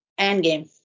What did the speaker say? Endgame